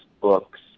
books